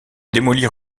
démolir